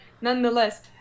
Nonetheless